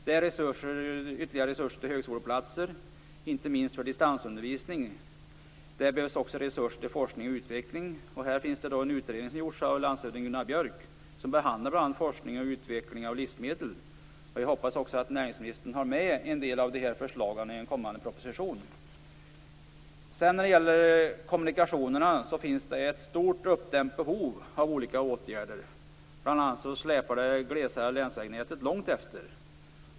Det gäller ytterligare resurser till högskoleplatser, inte minst för distansundervisning. Det behövs också resurser till forskning och utveckling. Här finns en utredning som gjorts av landshövding Gunnar Björk som behandlar bl.a. forskning och utveckling när det gäller livsmedel. Jag hoppas att näringsministern har med en del av de här förslagen i en kommande proposition. Vad gäller kommunikationerna finns det ett stort uppdämt behov av olika åtgärder. Bl.a. släpar det glesare länsvägnätet långt efter.